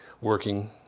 working